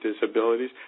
disabilities